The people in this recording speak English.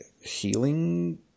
healing